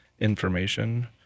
information